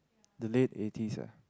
the late eighties ah